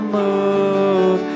move